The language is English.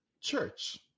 church